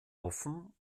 offen